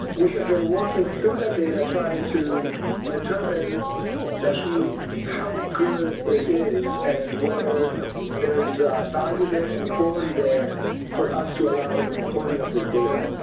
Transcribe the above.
we have been working through that data trying to determine essentially how good it is and whether there is ah value there and quality there for us to allow the reporting of this data.